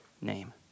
name